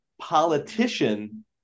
politician